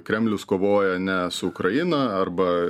kremlius kovoja ne su ukraina arba